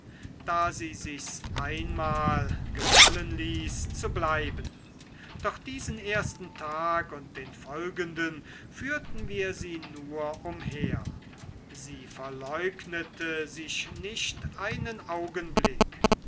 da sie sich's einmal gefallen ließ zu bleiben doch diesen ersten tag und den folgenden führten wir sie nur umher sie verleugnete sich nicht einen augenblick